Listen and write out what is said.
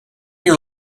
your